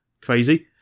crazy